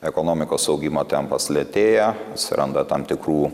ekonomikos augimo tempas lėtėja atsiranda tam tikrų